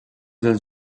dels